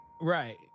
right